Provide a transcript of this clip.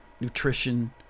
nutrition